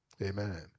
Amen